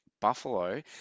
Buffalo